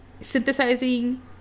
synthesizing